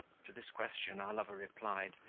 to this question our lover replied,